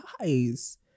guys